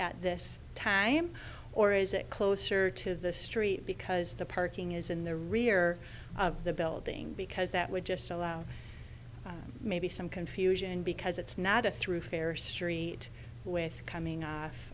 at this time or is it closer to the street because the parking is in the rear of the building because that would just allow maybe some confusion because it's not a through fare street with coming